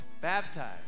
baptized